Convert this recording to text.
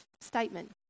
statement